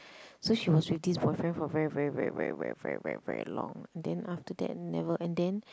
so she was with this boyfriend for very very very very very very very very long and then after that never and then